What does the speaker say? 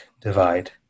divide